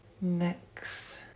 Next